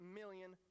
million